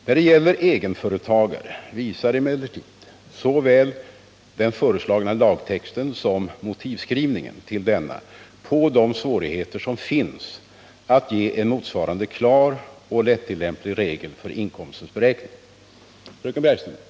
När det gäller egenföretagare visar emellertid såväl den föreslagna lagtexten som motivskrivningen till denna svårigheterna att ge en motsvarande klar och lättillämplig regel för inkomstens beräkning.